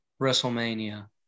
WrestleMania